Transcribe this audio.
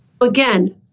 again